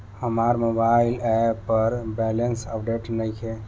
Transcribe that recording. हमार mobile app पर balance update नइखे